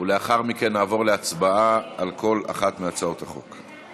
ולאחר מכן נעבור להצבעה על כל אחת מהצעות החוק.